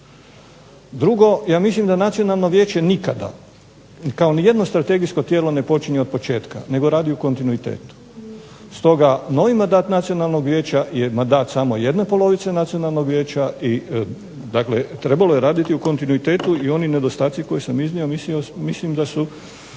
Drugo, ja mislim da nacionalno vijeće nikada kao nijedno strategijsko tijelo ne počinje od početka, nego radi u kontinuitetu. Stoga novi mandat nacionalnog vijeća je mandat samo jedne polovice nacionalnog vijeće i trebalo je rediti u kontinuitetu. I oni nedostaci koje sam iznio mislim da su